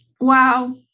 wow